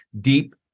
deep